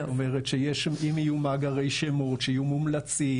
אם יהיו מאגרי שמות שיהיו מומלצים,